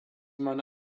meine